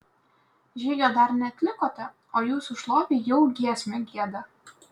žygio dar neatlikote o jūsų šlovei jau giesmę gieda